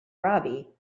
robbie